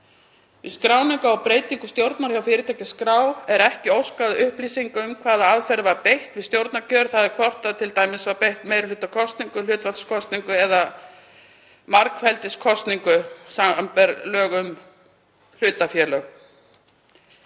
skráningu á breytingu stjórnar hjá fyrirtækjaskrá er ekki óskað upplýsinga um hvaða aðferðum var beitt við stjórnarkjör, þ.e. hvort beitt var t.d. meirihlutakosningu, hlutfallskosningu eða margfeldiskosningu, samanber lög um hlutafélög.